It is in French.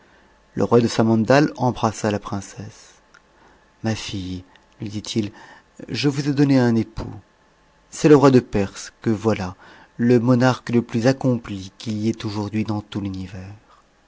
le roi de samandal embrassa la princesse ma stte lui dit-il je vous ai donné un époux c'est le roi de perse que voilà le monarque le plus accompli qu'il y ait aujourd'hui dans tout l'univers